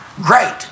great